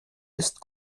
ist